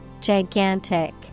Gigantic